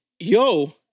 Yo